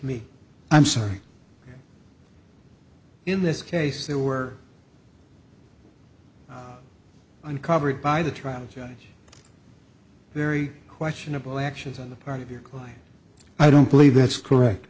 me i'm sorry in this case they were uncovered by the trial very questionable actions on the part of your client i don't believe that's correct